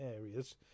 areas